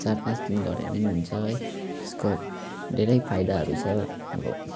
चार पाँच दिन गर्यो भने पनि हुन्छ है यसको धेरै फाइदाहरू छ अब